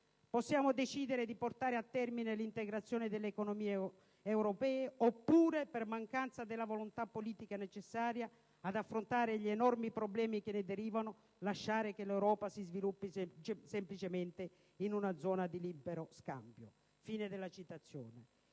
Possiamo decidere di portare a termine l'integrazione delle economie europee oppure, per mancanza della volontà politica necessaria ad affrontare gli enormi problemi che ne derivano, lasciare che l'Europa si sviluppi semplicemente in una zona di libero scambio». In questo